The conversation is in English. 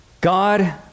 God